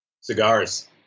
Cigars